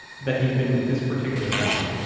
but that he had been with this particular guy.